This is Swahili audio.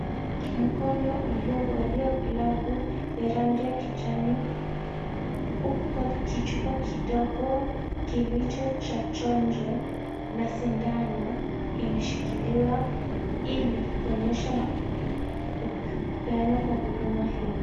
Mkono uliovalia glavu ya rangi ya kijani uko katika kichupa kidogo kilicho cha chanjo na sindano imeshikiliwa ili kuonyesha kupeanwa kwa huduma hii.